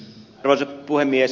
arvoisa puhemies